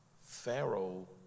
Pharaoh